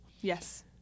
Yes